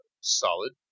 solid